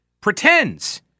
pretends